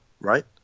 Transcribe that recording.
right